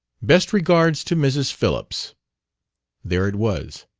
best regards to mrs. phillips there it was,